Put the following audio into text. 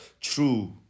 true